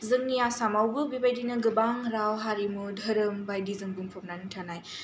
जोंनि आसामावबो बेबायदिनो गोबां राव हारिमु धोरोम बायदिजों बुंफबनानै थानाय